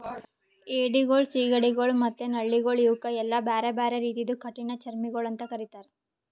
ಏಡಿಗೊಳ್, ಸೀಗಡಿಗೊಳ್ ಮತ್ತ ನಳ್ಳಿಗೊಳ್ ಇವುಕ್ ಎಲ್ಲಾ ಬ್ಯಾರೆ ಬ್ಯಾರೆ ರೀತಿದು ಕಠಿಣ ಚರ್ಮಿಗೊಳ್ ಅಂತ್ ಕರಿತ್ತಾರ್